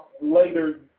later